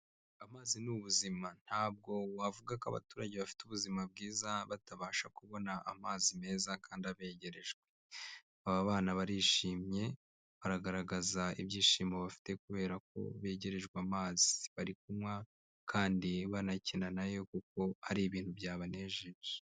Amazi ni ubuzima. Ntabwo wavuga ko abaturage bafite ubuzima bwiza batabasha kubona amazi meza kandi abegerejwe. Aba bana barishimye, baragaragaza ibyishimo bafite kubera ko begerejwe amazi. Bari kunywa kandi banakina na yo kuko ari ibintu byabanejeje.